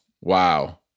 Wow